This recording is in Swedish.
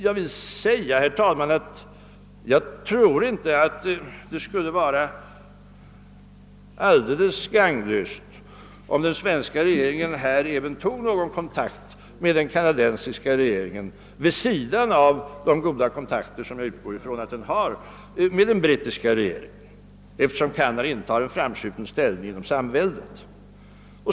Jag tror inte, herr talman, att det skulle vara alldeles gagnlöst om den svenska regeringen även härvidlag tog någon kontakt med den kanadensiska regeringen — vid sidan av de goda kontakter som jag utgår från att svenska regeringen har med den brittiska regeringen — eftersom Kanada intar en framskjuten plats inom samväldet.